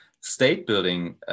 state-building